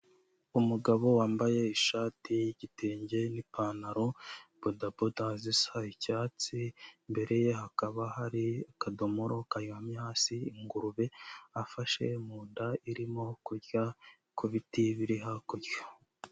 Umugabo wambaye ishati y'igitenge n'ipantaro, bodaboda zisa icyatsi. Imbere ye hakaba hari akadomoro karyamye hasi, ingurube afashe mu nda irimo kurya ku biti biri hakurya.